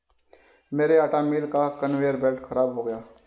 मेरे आटा मिल का कन्वेयर बेल्ट खराब हो गया है